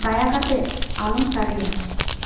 ᱫᱟᱭᱟ ᱠᱟᱛᱮᱫ ᱟᱞᱚᱢ ᱥᱟᱰᱮᱭᱟ